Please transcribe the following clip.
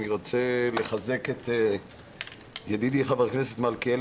אני רוצה לחזק את ידידי חבר הכנסת מלכיאלי